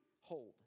hold